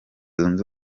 zunze